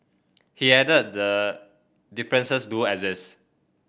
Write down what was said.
he added the differences do exist